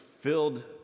filled